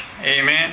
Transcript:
Amen